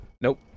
Nope